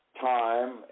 time